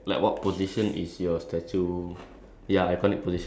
okay that is his act~ like uh how to say ah